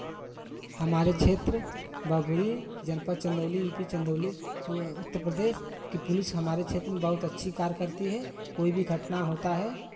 हमारे क्षेत्र बबुरी जनपद चंदौली यू पी चंदौली वा उत्तर प्रदेश की पुलिस हमारे क्षेत्र में बहुत अच्छी कार्य करती है कोई भी घटना होता है